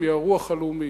מהרוח הלאומית: